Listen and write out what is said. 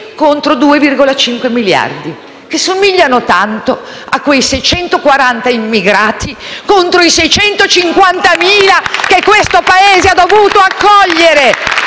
contro 2,5 miliardi, che somigliano tanto a quei 640 immigrati contro i 650.000 che questo Paese ha dovuto accogliere